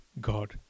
God